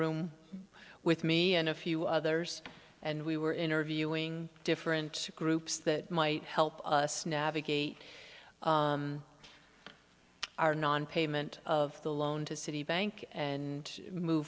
room with me and a few others and we were interviewing different groups that might help us navigate our nonpayment of the loan to citibank and move